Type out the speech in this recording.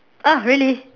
ah really